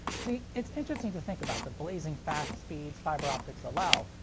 see, it's interesting to think about the blazing fast speeds fiber optics allow,